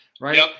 right